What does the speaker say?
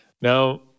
Now